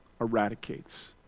eradicates